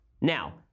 Now